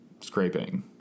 scraping